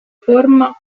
forma